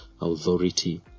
authority